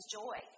joy